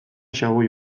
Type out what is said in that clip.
xaboi